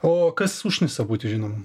o kas užknisa būti žinomam